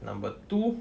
number two